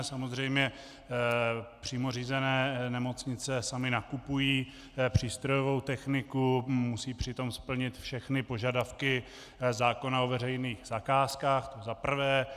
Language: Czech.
Samozřejmě, přímo řízené nemocnice samy nakupují přístrojovou techniku, musí přitom splnit všechny požadavky zákona o veřejných zakázkách, to za prvé.